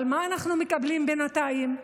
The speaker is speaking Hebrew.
מה אנחנו מקבלים בינתיים?